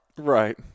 Right